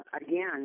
again